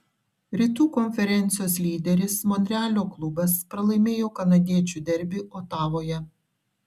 rytų konferencijos lyderis monrealio klubas pralaimėjo kanadiečių derbį otavoje